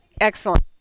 Excellent